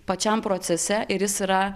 pačiam procese ir jis yra